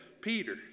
Peter